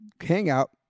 hangout